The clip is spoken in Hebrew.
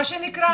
מה שנקרא,